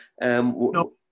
No